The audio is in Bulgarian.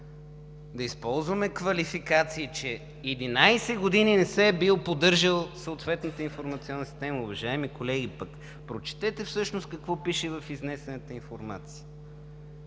да използваме квалификации, че 11 години не се била поддържала съответната информационна система?! Уважаеми колеги, прочетете всъщност какво пише в изнесената информация!